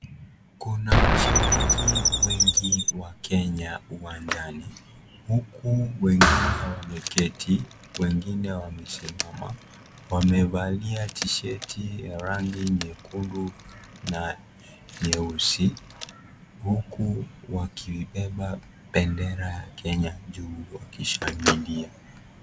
Kuna mashabiki wengi wa Kenya uwanjani huku wengine wameketi wengine wamesimama wamevalia tisheti ya rangi nyekundu na nyeusi huku wakibeba bendera ya Kenya juu wakishangilia.